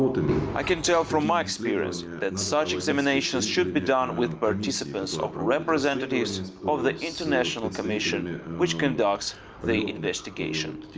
i can tell from my experience that such examinations should be done with participance of representatives of the international commission which conducts the investigation.